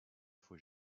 faut